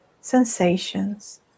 sensations